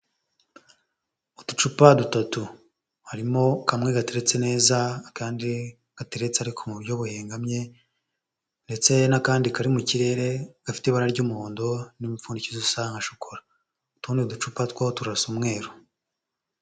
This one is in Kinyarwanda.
Uducupa dutatu harimo kamwe gateretse neza, akandi gateretse ariko mu buryo buhengamye ndetse n'akandi kari mu kirere, gafite ibara ry'umuhondo n'imipfundikizo isa nka shokora, utundi ducupa turasa umweru.